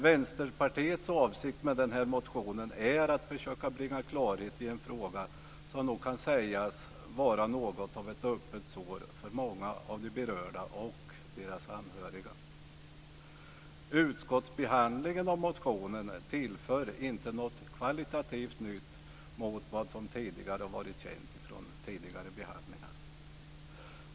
Vänsterpartiets avsikt med den här motionen är att försöka bringa klarhet i en fråga som nog kan sägas vara något av ett öppet sår för många av de berörda och deras anhöriga. Utskottsbehandlingen av motionen tillför inte något kvalitativt nytt jämfört med vad som har varit känt från tidigare behandlingar.